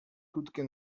krótkie